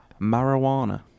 Marijuana